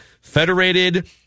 Federated